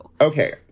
Okay